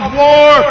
war